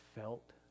felt